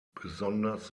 besonders